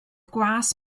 gwas